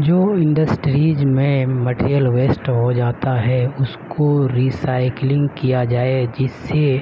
جو انڈسٹریز میں material waste ہو جاتا ہے اس کو ری سائکلنگ کیا جائے جس سے